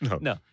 No